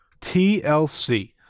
TLC